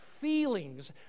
feelings